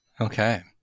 Okay